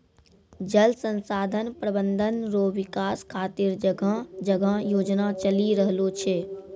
जल संसाधन प्रबंधन रो विकास खातीर जगह जगह योजना चलि रहलो छै